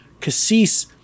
Cassis